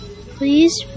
Please